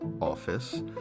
office